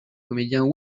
comédien